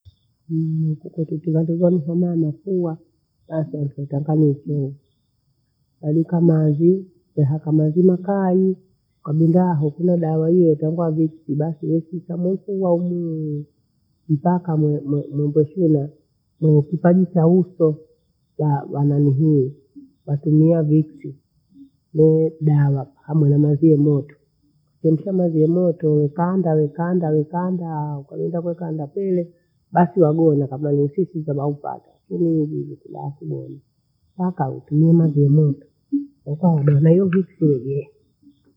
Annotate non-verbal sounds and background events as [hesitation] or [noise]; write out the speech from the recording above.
[hesitation] kutokutila heza na homa ya mafua, basi halita tangano husei. Halika mathi, chehaka mathi makayi ukabinda hoo sina dawa hiyo tangwa vitis basi wetiza muwekea humu wee, mpaka mwe- mwende kula ndo kipaji cha uso, wa- wanihii wakunuhia vitis ni dawa hamwe na mathie yemoto. Chemsha mathi yamoto wee kanda, wee kanda, wee kandaa ukaenda kuwekaa anda tele basi wagona kabla ule usiku shabaumpata. Hivo hivo kulaa kughena mpaka wetumia mathi ya moto wekaa wekaa udo. Na hiyo vits ijee.